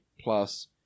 plus